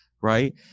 right